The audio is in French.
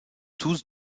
tous